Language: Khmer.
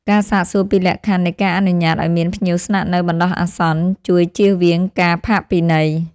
ការសាកសួរពីលក្ខខណ្ឌនៃការអនុញ្ញាតឱ្យមានភ្ញៀវស្នាក់នៅបណ្តោះអាសន្នជួយជៀសវាងការផាកពិន័យ។